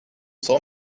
saw